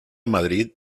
madrid